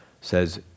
says